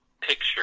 picture